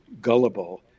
gullible